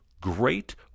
great